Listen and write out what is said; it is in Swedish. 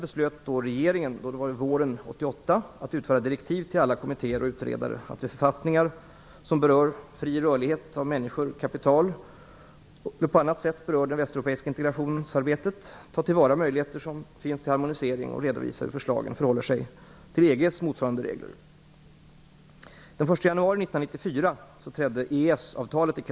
1988 att utfärda direktiv till alla kommittéer och utredare att vid författningar som berör den fria rörligheten för människor eller kapital eller på annat sätt berör det västeuropeiska integrationsarbetet ta till vara de möjligheter till harmonisering som finns samt redovisa hur förslagen förhåller sig till EG:s motsvarande regler.